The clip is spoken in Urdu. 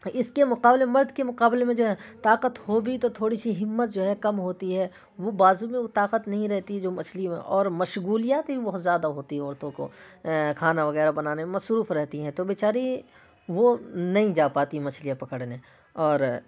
اس کے مقابلے میں مرد کے مقابلے میں جو ہے طاقت ہو بھی تو تھوڑی سی ہمت جو ہے کم ہوتی ہے وہ بازو میں وہ طاقت نہیں رہتی جو مچھلی میں ہے اور مشغولیات بھی بہت زیادہ ہوتی ہیں عورتوں کو کھانا وغیرہ بنانے میں مصروف رہتی ہیں تو بیچاری وہ نہیں جا پاتیں مچھلیاں پکڑنے اور